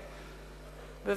כן, גברתי.